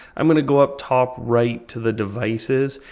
i'm going to go up top right to the devices,